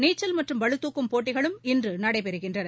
நீச்சல் மற்றும் பளு துக்கும் போட்டிகளும் இன்று நடைபெறுகின்றன